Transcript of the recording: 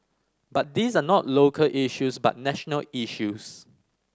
but these are not local issues but national issues